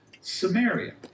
Samaria